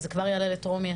אבל זה כבר יעלה לטרום.